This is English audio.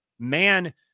Man